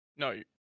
No